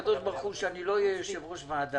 צריכים להתפלל לקדוש ברוך הוא שאני לא אהיה יושב-ראש ועדה.